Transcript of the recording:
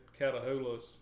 catahoulas